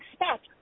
expect